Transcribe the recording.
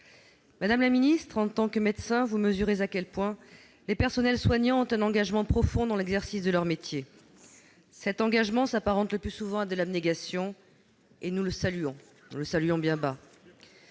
Madame la ministre, en tant que médecin, vous mesurez à quel point les personnels soignants sont engagés dans l'exercice de leur métier. Cet engagement profond s'apparente le plus souvent à de l'abnégation. Nous le saluons bien bas.